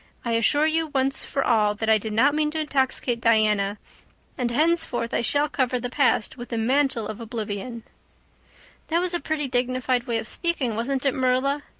i assure you once for all that i did not mean to intoxicate diana and henceforth i shall cover the past with the mantle of oblivion that was a pretty dignified way of speaking wasn't it, marilla?